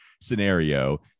scenario